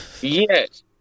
Yes